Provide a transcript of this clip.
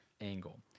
angle